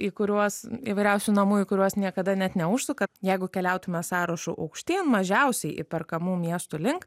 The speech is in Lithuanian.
į kuriuos įvairiausių namų į kuriuos niekada net neužsuka jeigu keliautume sąrašu aukštyn mažiausiai įperkamų miestų link